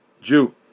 Jew